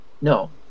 No